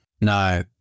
No